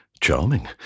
Charming